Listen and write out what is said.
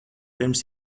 pirms